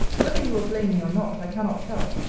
whether you will blame me or not, i cannot tell,